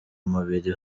umubiri